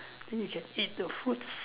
then you can eat the foods